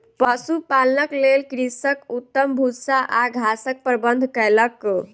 पशुपालनक लेल कृषक उत्तम भूस्सा आ घासक प्रबंध कयलक